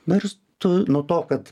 nors tu nuo to kad